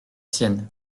sienne